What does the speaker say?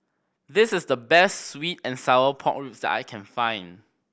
this is the best sweet and sour pork ribs that I can find